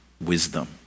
wisdom